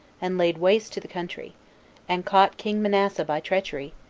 and laid waste the country and caught king manasseh by treachery,